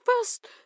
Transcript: first